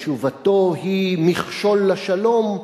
תשובתו היא מכשול לשלום,